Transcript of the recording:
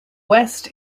west